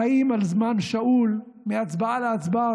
חיים על זמן שאול מהצבעה להצבעה.